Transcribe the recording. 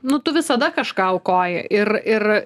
nu tu visada kažką aukoji ir ir